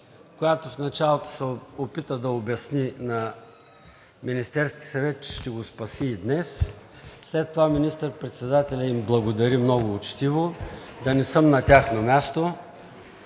която в началото се опита да обясни на Министерския съвет, че ще го спаси и днес, след това министър-председателят им благодари много учтиво, да не съм на тяхно място.